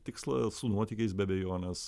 tikslą su nuotykiais be abejonės